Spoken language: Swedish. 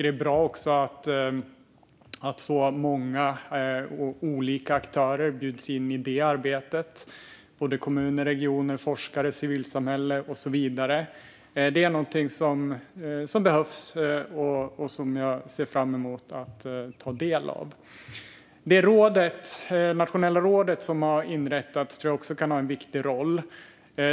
Det är också bra att så många och så olika aktörer bjuds in i arbetet. Det gäller såväl kommuner och regioner som forskare, civilsamhälle och så vidare. Det är något som behövs, och jag ser fram emot att ta del av det. Det nationella råd som har inrättats kan ha en viktig roll.